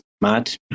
mad